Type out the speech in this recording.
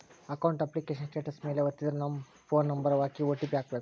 account application status ಮೇಲೆ ವತ್ತಿದ್ರೆ ನಮ್ ಫೋನ್ ನಂಬರ್ ಹಾಕಿ ಓ.ಟಿ.ಪಿ ಹಾಕ್ಬೆಕು